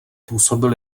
působil